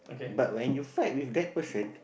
but when you fight with that person